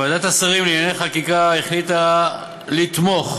ועדת השרים לענייני חקיקה החליטה לתמוך